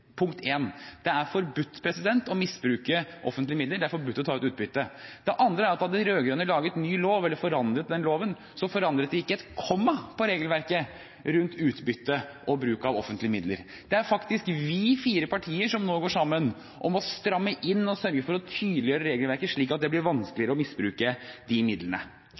Punkt én: Det er forbudt å misbruke offentlige midler, og det er forbudt å ta ut utbytte. Det andre er: Da de rød-grønne laget ny lov – eller forandret den loven – forandret de ikke ett komma på regelverket rundt utbytte og bruk av offentlige midler. Det er faktisk vi fire partier som nå går sammen om å stramme inn, og sørger for å tydeliggjøre regelverket slik at det blir vanskeligere å misbruke de midlene.